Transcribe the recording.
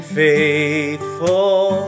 faithful